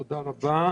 תודה רבה.